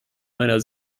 meiner